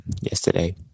yesterday